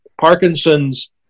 Parkinson's